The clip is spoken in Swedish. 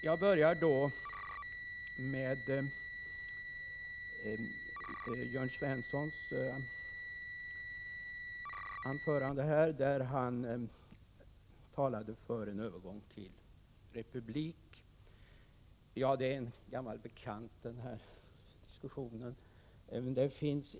Jag börjar med Jörn Svenssons anförande, där han talade för en övergång till republik. Detta är en gammal bekant diskussion.